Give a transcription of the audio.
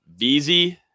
VZ